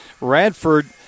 Radford